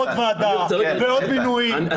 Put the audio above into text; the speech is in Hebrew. אין פה --- עוד ועדה ועוד מינויים,